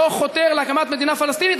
לא חותר להקמת מדינה פלסטינית,